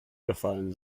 gefallen